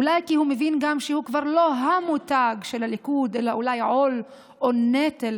אולי כי הוא מבין גם שהוא כבר לא ה-מותג של הליכוד אלא אולי עול או נטל,